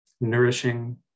nourishing